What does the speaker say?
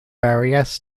barriers